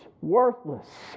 worthless